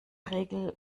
regel